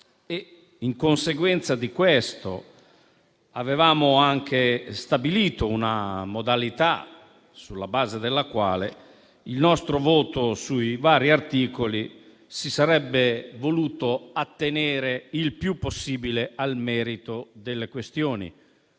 In conseguenza di questo, avevamo anche stabilito una modalità sulla base della quale il nostro voto sui vari articoli si sarebbe voluto attenere il più possibile al merito delle questioni,